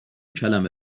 کلمه